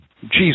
Jesus